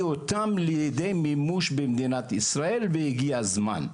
אותן לידי מימוש במדינת ישראל בהגיע הזמן.